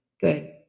Good